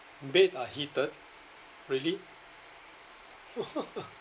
bed are heated really